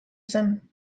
zen